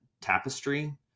tapestry